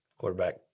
Quarterback